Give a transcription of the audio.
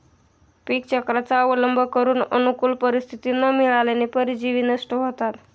पीकचक्राचा अवलंब करून अनुकूल परिस्थिती न मिळाल्याने परजीवी नष्ट होतात